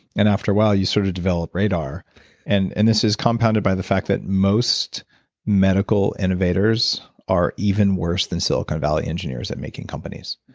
and after a while you sort of develop radar and and this is compounded by the fact that most medical innovators are even worse than silicon valley engineers at making companies.